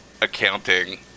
accounting